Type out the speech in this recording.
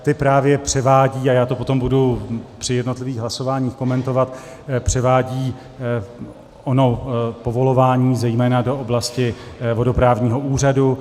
Ty právě převádějí, a já to potom budu při jednotlivých hlasováních komentovat, ono povolování zejména do oblasti vodoprávního úřadu.